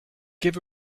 give